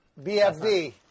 BFD